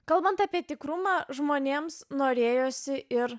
kalbant apie tikrumą žmonėms norėjosi ir